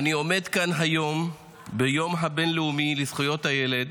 אני עומד כאן היום ביום הבין-לאומי לזכויות הילד